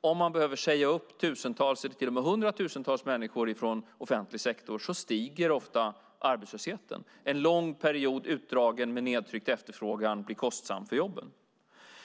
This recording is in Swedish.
Om man behöver säga upp tusentals eller till och med hundratusentals människor från offentlig sektor stiger ofta arbetslösheten. En lång, utdragen period med nedtryckt efterfrågan blir kostsam för jobben.